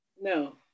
No